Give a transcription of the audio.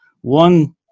one